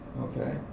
okay